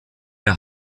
der